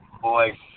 boy